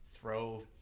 throw